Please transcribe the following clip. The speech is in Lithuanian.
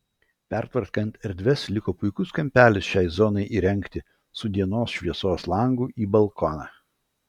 pertvarkant erdves liko puikus kampelis šiai zonai įrengti su dienos šviesos langu į balkoną